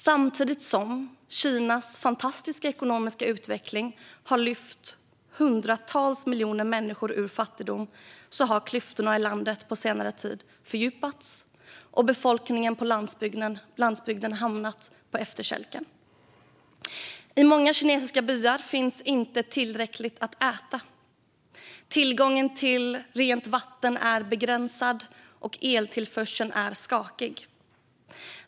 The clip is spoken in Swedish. Samtidigt som Kinas fantastiska ekonomiska utveckling har lyft hundratals miljoner människor ur fattigdom har klyftorna i landet på senare tid fördjupats och befolkningen på landsbygden hamnat på efterkälken. I många kinesiska byar finns inte tillräckligt att äta. Tillgången till rent vatten är begränsad och eltillförseln skakig.